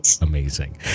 amazing